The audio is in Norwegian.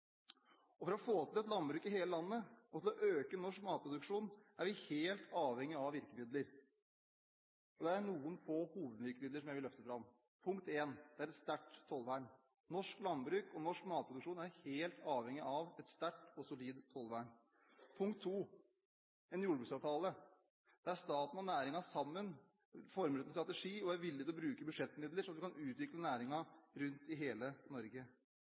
matproduksjon. For å få til et landbruk i hele landet og for å øke norsk matproduksjon, er vi helt avhengig av å ha virkemidler. Det er noen få hovedvirkemidler som jeg vil løfte fram: Punkt 1. Et sterkt tollvern. Norsk landbruk og norsk matproduksjon er helt avhengig av et sterkt og solid tollvern. Punkt 2. En jordbruksavtale der staten og næringen sammen former ut en strategi og er villig til å bruke budsjettmidler slik at man kan utvikle næringen i hele Norge.